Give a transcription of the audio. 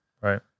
Right